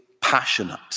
passionate